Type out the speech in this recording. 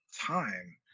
time